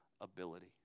ability